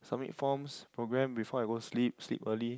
submit forms program before I go to sleep sleep early